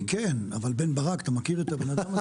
לי כן, אבל בן ברק אתה מכיר את הבן אדם הזה?